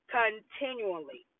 continually